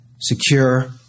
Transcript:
secure